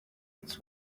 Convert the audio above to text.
its